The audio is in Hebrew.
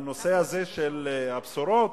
הבשורות,